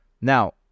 Now